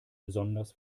besonders